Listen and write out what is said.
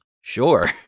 sure